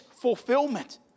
fulfillment